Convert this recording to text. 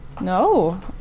No